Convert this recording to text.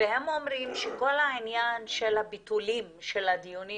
והם אומרים שכל העניין של הביטולים של הדיונים